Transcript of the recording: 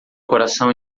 coração